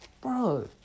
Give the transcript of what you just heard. Bro